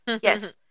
Yes